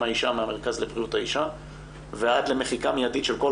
האישה מהמרכז לבריאות האישה ועד למחיקה מיידית של כל